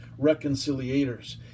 reconciliators